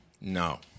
No